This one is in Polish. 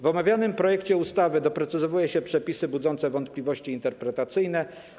W omawianym projekcie ustawy doprecyzowuje się przepisy budzące wątpliwości interpretacyjne.